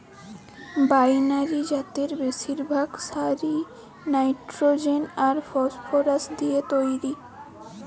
binary জাতের বেশিরভাগ সারই নাইট্রোজেন আর ফসফরাস দিয়ে তইরি